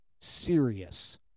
serious